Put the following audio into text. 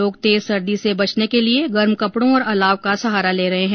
लोग तेज सर्दी से बचने के लिए गर्म कपड़ों और अलाव का सहारा ले रहे हैं